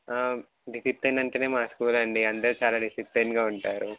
discipline అంటేనే మా school అండి అందరూ చాలా డిసిప్లేన్గా ఉంటారు